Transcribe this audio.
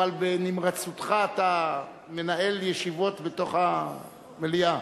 אבל בנמרצותך אתה מנהל ישיבות בתוך המליאה.